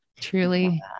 truly